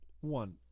one